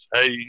Hey